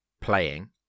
playing